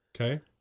Okay